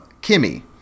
Kimmy